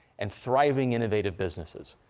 and thriving, innovative businesses.